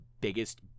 biggest